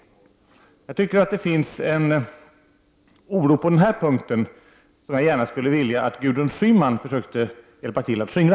Det finns en oro på den här punkten som jag gärna skulle vilja att Gudrun Schyman försökte hjälpa till att skingra.